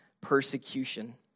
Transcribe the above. persecution